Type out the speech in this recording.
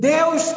Deus